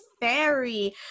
fairy